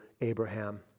Abraham